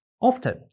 Often